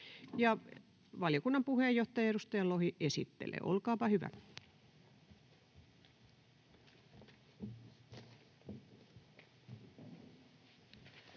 valiokunnan puheenjohtaja, edustaja Lohi esittelee. Olkaapa hyvä.